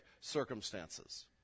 circumstances